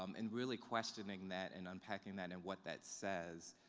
um and really questioning that and unpacking that and what that says,